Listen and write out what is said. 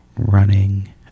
Running